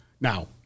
now